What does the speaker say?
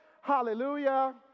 hallelujah